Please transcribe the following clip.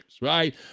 right